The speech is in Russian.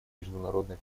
международной